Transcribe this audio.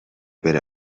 بره